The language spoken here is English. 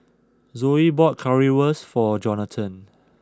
Zoey bought Currywurst for Jonathan